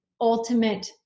ultimate